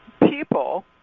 people